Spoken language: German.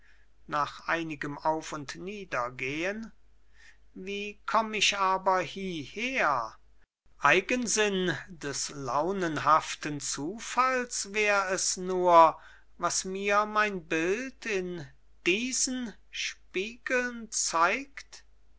nach einigem auf und niedergehen wie komm ich aber hieher eigensinn des launenhaften zufalls wär es nur was mir mein bild in diesen spiegeln zeigt